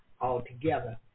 altogether